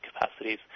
capacities